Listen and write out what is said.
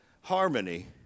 harmony